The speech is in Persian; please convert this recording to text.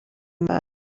مرز